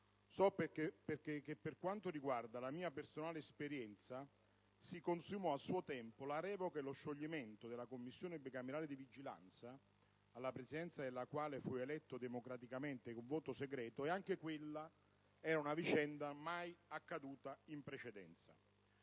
So però, per quanto riguarda la mia personale esperienza, che a suo tempo si è consumata la revoca e lo scioglimento della Commissione bicamerale di vigilanza, alla Presidenza della quale fui eletto democraticamente con voto segreto, e anche quella è una vicenda mai accaduta in precedenza.